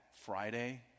Friday